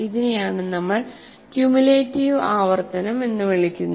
ഇതിനെയാണ് നമ്മൾ ക്യുമുലേറ്റീവ് ആവർത്തനം എന്ന് വിളിക്കുന്നത്